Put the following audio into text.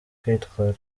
kwitwara